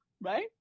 right